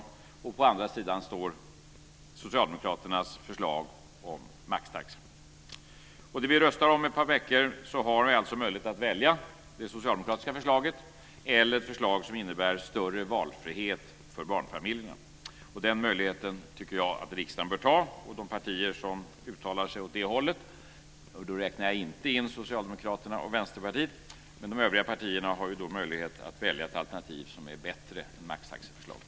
På den andra sidan står Socialdemokraternas förslag om maxtaxa. När vi röstar om ett par veckor har vi alltså möjlighet att välja det socialdemokratiska förslaget eller ett förslag som innebär större valfrihet för barnfamiljerna. Denna möjlighet tycker jag att riksdagen bör ta. Till de partier som uttalar sig åt det här hållet räknar jag inte Socialdemokraterna och Vänsterpartiet, men de övriga partierna har möjlighet att välja ett alternativ som är bättre än maxtaxeförslaget.